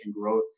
growth